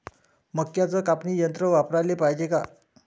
मक्क्याचं कापनी यंत्र वापराले पायजे का?